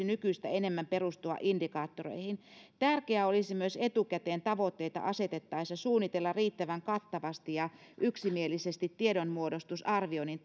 nykyistä enemmän perustua indikaattoreihin tärkeää olisi myös etukäteen tavoitteita asetettaessa suunnitella riittävän kattavasti ja yksimielisesti tiedonmuodostus arvioinnin